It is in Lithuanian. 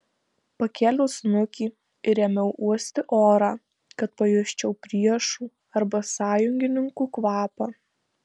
pakėliau snukį ir ėmiau uosti orą kad pajusčiau priešų arba sąjungininkų kvapą